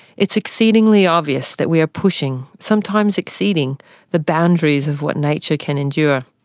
it's exceedingly obvious that we are pushing sometimes exceeding the boundaries of what nature can endure.